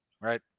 Right